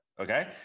Okay